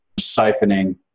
siphoning